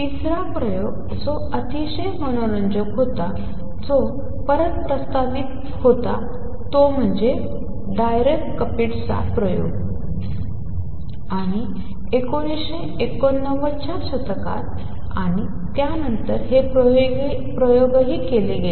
तिसरा प्रयोग जो अतिशय मनोरंजक होता जो परत प्रस्तावित होता तो म्हणजे डायरक कपितसा प्रयोग आणि १ 1990 ० च्या दशकात आणि त्यानंतर हे प्रयोगही केले गेले